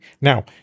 Now